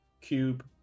cube